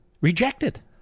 rejected